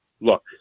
look